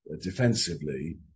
defensively